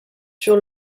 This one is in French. sur